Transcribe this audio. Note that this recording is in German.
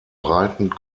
breiten